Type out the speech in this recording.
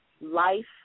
Life